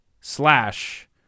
slash